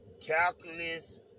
Calculus